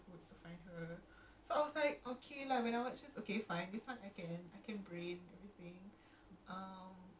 peeping